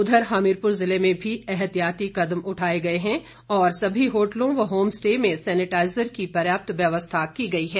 उधर हमीरपुर जिले में भी एहतियाती कदम उठाए गए हैं और सभी होटलों व होमस्टे में सैनिटाईजर की पर्याप्त व्यवस्था की गई है